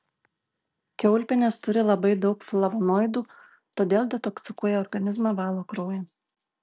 kiaulpienės turi labai daug flavonoidų todėl detoksikuoja organizmą valo kraują